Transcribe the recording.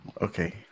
Okay